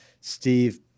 Steve